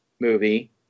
movie